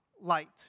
light